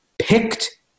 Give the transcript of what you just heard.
picked